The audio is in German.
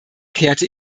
kehrte